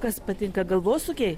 kas patinka galvosūkiai